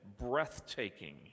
breathtaking